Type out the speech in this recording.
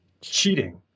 cheating